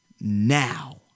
now